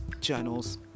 journals